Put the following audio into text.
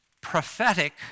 prophetic